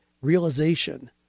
realization